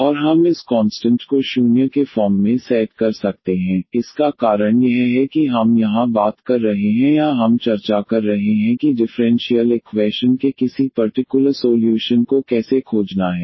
और हम इस कॉन्सटंट को 0 के फॉर्म में सेट कर सकते हैं इसका कारण यह है कि हम यहां बात कर रहे हैं या हम चर्चा कर रहे हैं कि डिफ़्रेंशियल इक्वैशन के किसी पर्टिकुलर सोल्यूशन को कैसे खोजना है